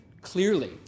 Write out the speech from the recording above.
clearly